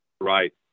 Right